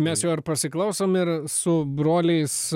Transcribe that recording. mes jo ir pasiklausom ir su broliais